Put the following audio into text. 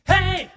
Hey